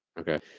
Okay